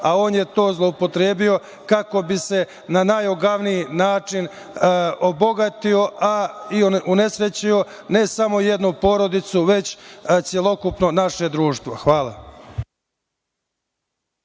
a on je to zloupotrebio kako bi se na najogavniji način obogatio, a unesrećio ne samo jednu porodicu, već naše celokupno društvo. Hvala.